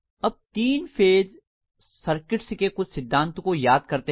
अब तीन phase circuits के कुछ सिद्धांतों को याद करते हैं